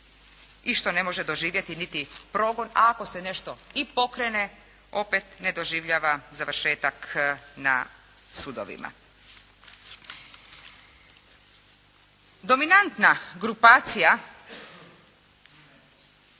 što ne može doživjeti niti progon, a ako se nešto i pokrene, opet ne doživljava završetak na sudovima. Dominantna grupacija